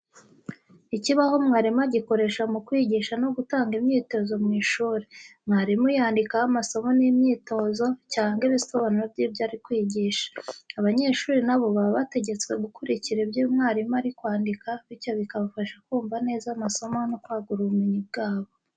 Ikibaho mwarimu agikoresha mu kwigisha no gutanga imyitozo mu ishuri. Mwarimu yandikaho amasomo n'imyitozo, cyangwa ibisobanuro byibyo ari kuvuga. Abanyeshuri na bo baba bategetswe gukurikira ibyo umwarimu ari kwandika bityo bikabafasha kumva neza amasomo no kwagura ubumenyi bwabo.